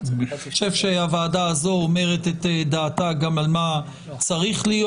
אני חושב שהוועדה הזאת אומרת את דעתה גם על מה צריך להיות.